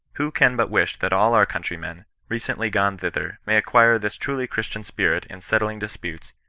who can but wish that all our countrymen, recently gone thither, may acquire this truly christian spirit in settling disputes,